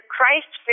Christ